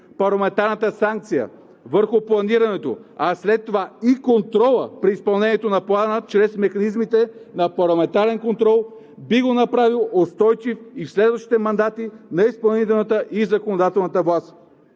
парламентарната санкция върху планирането, а след това и контрола при изпълнението на Плана чрез механизмите на парламентарен контрол би го направил устойчив и в следващите мандати на изпълнителната и законодателната власт.